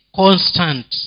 constant